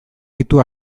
ditu